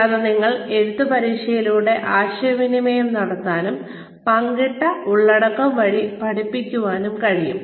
കൂടാതെ നിങ്ങൾക്ക് എഴുത്തുപരീക്ഷയിലൂടെ ആശയവിനിമയം നടത്താനും പങ്കിട്ട ഉള്ളടക്കം വഴി പഠിക്കാനും കഴിയും